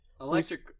Electric